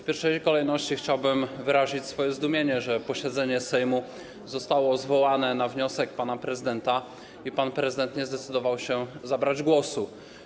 W pierwszej kolejności chciałbym wyrazić swoje zdumienie, że posiedzenie Sejmu zostało zwołane na wniosek pana prezydenta i pan prezydent nie zdecydował się zabrać głosu.